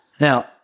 Now